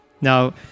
Now